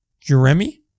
Jeremy